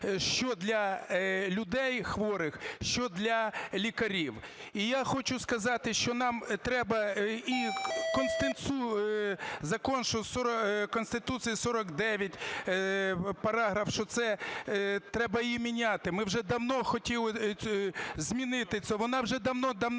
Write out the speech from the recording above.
що для людей хворих, що для лікарів. І я хочу сказати, що нам треба і… Конституції 49, параграф, що це треба її міняти. Ми вже давно хотіли змінити це. Вона вже давним-давно